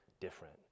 different